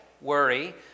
worry